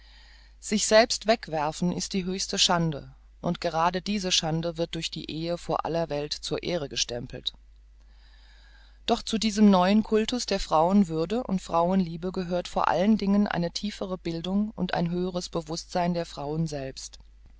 sich selbst wegwerfen ist die höchste schande und grade diese schande wird durch die ehe vor aller welt zur ehre gestempelt doch zu diesem neuen cultus der frauenwürde und frauenliebe gehört vor allen dingen eine tiefere bildung und ein höheres bewußtsein der frauen selbst